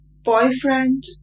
boyfriend